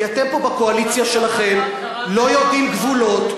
כי אתם פה בקואליציה שלכם לא יודעים גבולות.